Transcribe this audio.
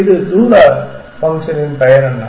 இந்த தூர ஃபங்க்ஷனின் பெயர் என்ன